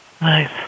Nice